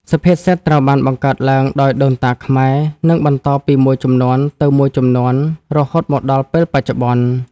សុភាសិតត្រូវបានបង្កើតឡើងដោយដូនតាខ្មែរ និងបន្តពីមួយជំនាន់ទៅមួយជំនាន់រហូតមកដល់ពេលបច្ចុប្បន្ន។